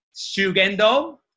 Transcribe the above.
Shugendo